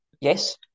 Yes